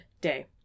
day